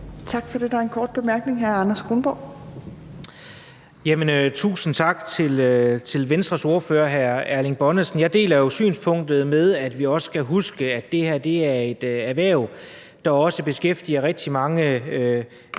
Tak for det. Der er en kort bemærkning. Hr. Anders Kronborg. Kl. 14:27 Anders Kronborg (S): Tusind tak til Venstres ordfører, hr. Erling Bonnesen. Jeg deler jo synspunktet om, at vi skal huske, at det her er et erhverv, der også beskæftiger rigtig mange